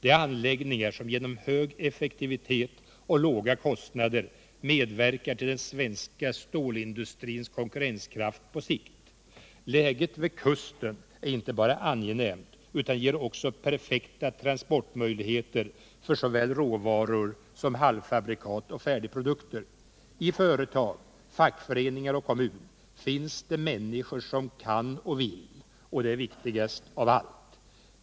Det är anläggningar som genom hög effektivitet och låga kostnader medverkar till den svenska stålindustrins konkurrenskraft på sikt. Läget vid kusten är inte bara angenämt utan ger också perfekta transportmöjligheter för såväl råvaror som halvfabrikat och färdigprodukter. I företag, fackföreningar och kommun finns det människor som kan och vill, och det är det viktigaste av allt.